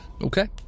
Okay